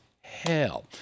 hell